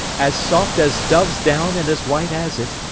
as soft as dove's down, and as white as it,